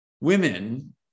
women